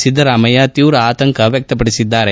ಸಿದ್ದರಾಮಯ್ಯ ತೀವ್ರ ಆತಂಕ ವ್ಯಕ್ತಪಡಿಸಿದ್ದಾರೆ